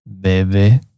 Baby